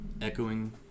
Echoing